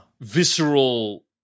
visceral